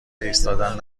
ایستادن